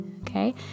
Okay